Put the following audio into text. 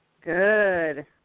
Good